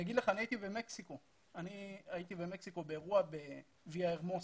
הייתי במקסיקו באירוע בוויה הרמוסה,